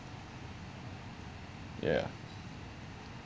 ya